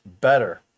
better